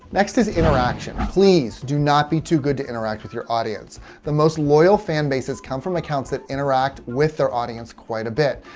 next is interaction. please do not be too good to interact with your audience. the most loyal fan base has come from accounts that interact with their audience quite a bit.